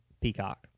Peacock